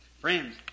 Friends